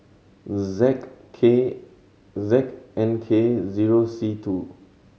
Z K Z N K zero C two